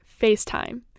FaceTime